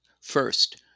First